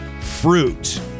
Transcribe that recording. fruit